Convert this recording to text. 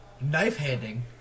knife-handing